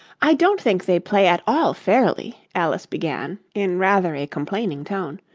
i don't think they play at all fairly alice began, in rather a complaining tone,